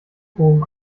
hohem